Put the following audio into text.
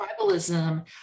tribalism